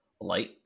light